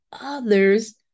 others